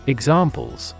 Examples